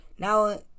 Now